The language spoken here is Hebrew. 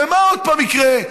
ומה עוד פעם יקרה,